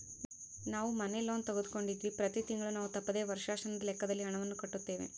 ನಾವು ಮನೆ ಲೋನ್ ತೆಗೆದುಕೊಂಡಿವ್ವಿ, ಪ್ರತಿ ತಿಂಗಳು ನಾವು ತಪ್ಪದೆ ವರ್ಷಾಶನದ ಲೆಕ್ಕದಲ್ಲಿ ಹಣವನ್ನು ಕಟ್ಟುತ್ತೇವೆ